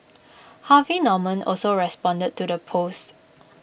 Harvey Norman also responded to the post